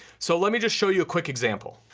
so let me just show you a quick example.